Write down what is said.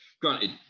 Granted